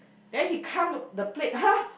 then he come the plate !huh!